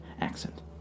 accent